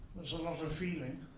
there's a lot of feeling.